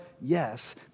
yes